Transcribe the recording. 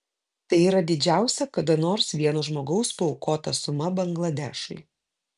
tai yra didžiausia kada nors vieno žmogaus paaukota suma bangladešui